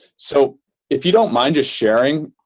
so if you don't mind just sharing,